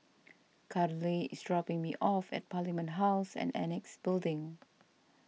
Karley is dropping me off at Parliament House and Annexe Building